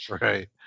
Right